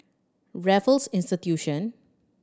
Raffles Institution